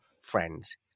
friends